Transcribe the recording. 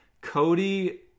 Cody